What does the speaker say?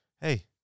hey